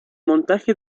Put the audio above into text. montaje